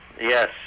Yes